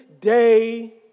day